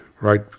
right